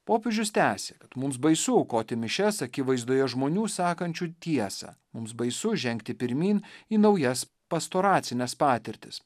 popiežius tęsia kad mums baisu aukoti mišias akivaizdoje žmonių sakančių tiesą mums baisu žengti pirmyn į naujas pastoracines patirtis